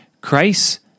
Christ